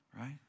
Right